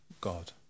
God